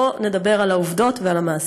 בוא נדבר על העובדות ועל המעשים.